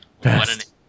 best